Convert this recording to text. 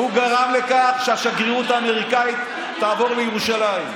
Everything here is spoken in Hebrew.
הוא גרם לכך שהשגרירות האמריקאית תעבור לירושלים,